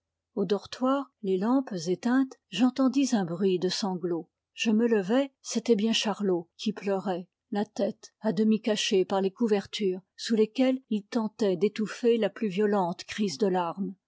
au dortoir les lampes éteintes j'entendis un bruit de sanglots je me levai c'était bien charlot qui pleurait la tête à demi cachée par les couvertures sous lesquelles il tentait d'étouffer la plus violente crise de larmes